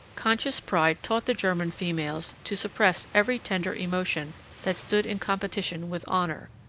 conscious pride taught the german females to suppress every tender emotion that stood in competition with honor,